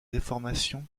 déformation